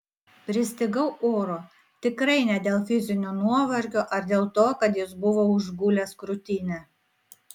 pristigau oro tikrai ne dėl fizinio nuovargio ar dėl to kad jis buvo užgulęs krūtinę